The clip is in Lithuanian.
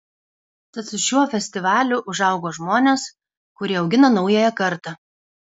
tad su šiuo festivaliu užaugo žmonės kurie augina naująją kartą